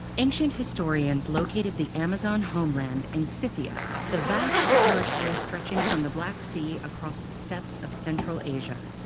ancient historians located the amazon homeland in scythia, the vast territory stretching from the black sea across the steppes of central asia.